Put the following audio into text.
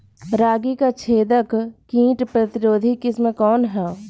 रागी क छेदक किट प्रतिरोधी किस्म कौन ह?